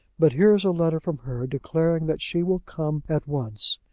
but here is a letter from her, declaring that she will come at once.